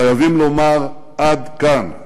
חייבים לומר: עד כאן.